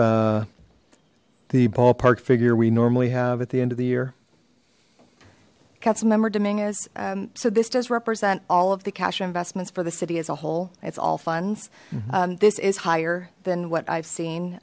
this the ballpark figure we normally have at the end of the year council member dominguez so this does represent all of the cash investments for the city as a whole it's all funds this is higher than what i've seen